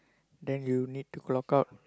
then you need to clock out